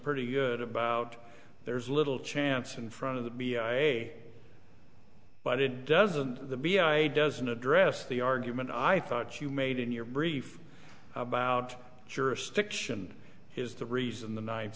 pretty good about there's little chance in front of that be ira but it doesn't the b i doesn't address the argument i thought you made in your brief about jurisdiction is the reason the ninth